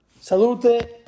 Salute